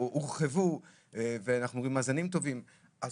שהורחבו והצליחו להשתקם.